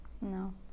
no